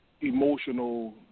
emotional